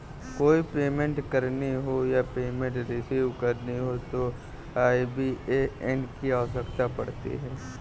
कोई पेमेंट करनी हो या पेमेंट रिसीव करनी हो तो आई.बी.ए.एन की आवश्यकता पड़ती है